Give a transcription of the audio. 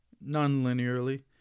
non-linearly